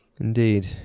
Indeed